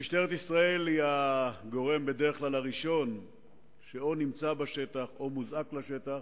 משטרת ישראל היא בדרך כלל הגורם הראשון שנמצא בשטח או מוזעק לשטח,